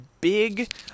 big